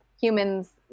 humans